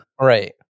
Right